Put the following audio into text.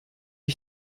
ich